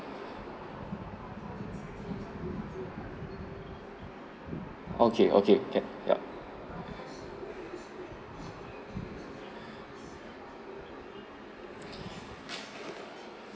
okay okay can yup